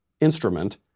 instrument